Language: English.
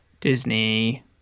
Disney